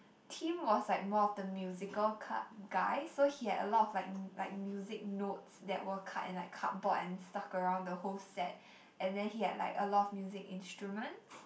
Tim was like more of the musical ka~ guy so he had a lot of like like music notes that were cut in like cardboard and stuck around the whole set and then he had like a lot of music instruments